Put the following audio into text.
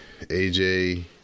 AJ